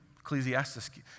Ecclesiastes